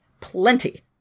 plenty